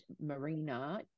Marina